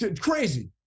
crazy